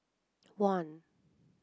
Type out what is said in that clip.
one